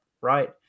right